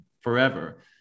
forever